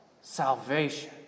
salvation